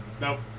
Nope